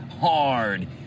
hard